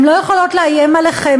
הן לא יכולות לאיים עליכם,